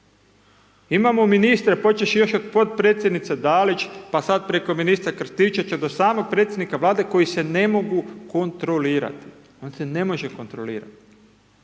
Imamo ministre, počevši još od potpredsjednice Dalić, pa sad preko ministra Krstičevića do samog predsjednika Vlade koji se ne mogu kontrolirati, on se ne može kontrolirati.